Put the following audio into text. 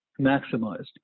maximized